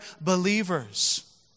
believers